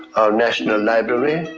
our national library.